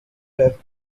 prep